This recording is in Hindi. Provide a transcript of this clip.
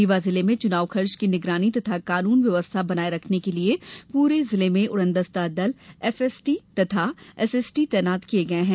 रीवा जिले में चुनाव खर्च की निगरानी तथा कानून व्यवस्था बनाये रखने के लिए पूरे जिले में उडनदस्ता दल एफएसटी तथा एसएसटी तैनात किये गये हैं